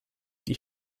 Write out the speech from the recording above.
die